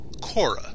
Cora